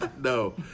No